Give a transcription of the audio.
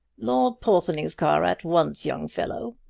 lord porthoning's car at once, young fellow!